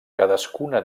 cadascuna